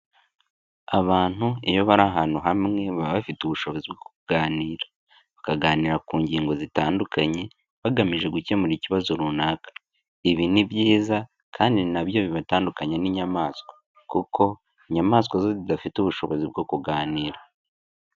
Abantu iyo bari ahantu hamwe baba bafite ubushobozi bwo kuganira, bakaganira ku ngingo zitandukanye, bagamije gukemura ikibazo runaka. Ibi ni byiza kandi ni na byo bibatandukanya n'inyamaswa, kuko inyamaswa zo zidafite ubushobozi bwo kuganira.